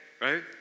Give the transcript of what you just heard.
right